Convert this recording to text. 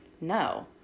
no